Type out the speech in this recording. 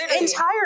entire